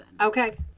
Okay